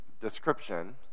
description